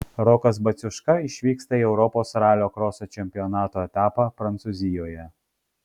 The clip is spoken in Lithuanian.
rokas baciuška išvyksta į europos ralio kroso čempionato etapą prancūzijoje